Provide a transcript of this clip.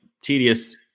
tedious